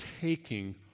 taking